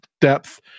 depth